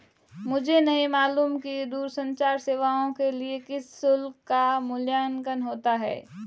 मुझे नहीं मालूम कि दूरसंचार सेवाओं के लिए किस शुल्क का मूल्यांकन होता है?